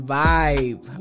vibe